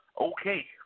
Okay